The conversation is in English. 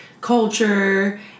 culture